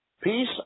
Peace